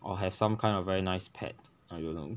or have some kind of very nice pet